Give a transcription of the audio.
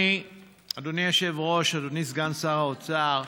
אדוני היושב-ראש, אדוני סגן שר האוצר,